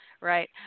right